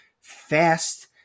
fast